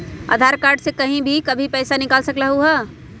आधार card से कहीं भी कभी पईसा निकाल सकलहु ह?